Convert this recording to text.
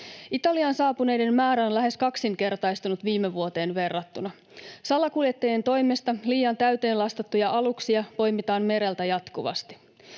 Italiaan saapuneiden määrä on lähes kaksinkertaistunut viime vuoteen verrattuna. Salakuljettajien liian täyteen lastaamia aluksia poimitaan mereltä jatkuvasti.